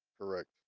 Correct